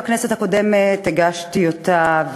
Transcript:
בכנסת הקודמת הגשתי אותה,